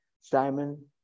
Simon